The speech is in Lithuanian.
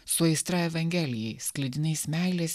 su aistra evangelijai sklidinais meilės